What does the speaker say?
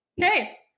Okay